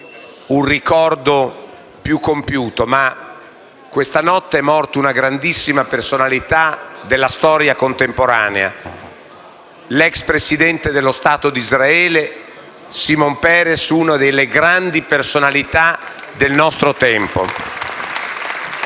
un ricordo più compiuto, ma questa notte è morta una grandissima personalità della storia contemporanea: l'ex presidente dello Stato di Israele, Shimon Peres, una delle grandi personalità del nostro tempo.